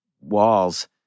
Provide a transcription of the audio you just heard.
walls